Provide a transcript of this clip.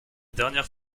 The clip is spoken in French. dernière